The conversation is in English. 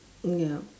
ya